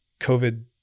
COVID